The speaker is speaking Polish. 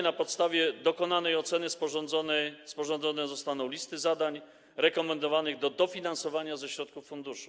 Na podstawie dokonanej oceny sporządzone zostaną listy zadań rekomendowanych do dofinansowania ze środków funduszu.